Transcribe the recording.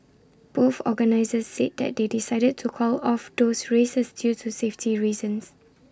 both organisers said that they decided to call off those races due to safety reasons